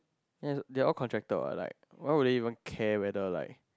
then is they all contracted what like why would you even care whether like